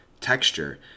texture